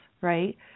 right